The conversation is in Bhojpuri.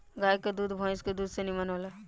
गाय के दूध भइस के दूध से निमन होला